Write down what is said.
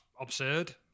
absurd